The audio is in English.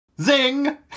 Zing